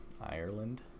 Ireland